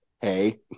Hey